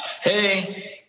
Hey